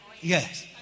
Yes